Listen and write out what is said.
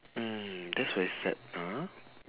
mm that's very sad mm